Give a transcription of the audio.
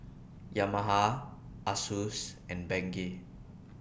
Yamaha Asus and Bengay